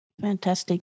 Fantastic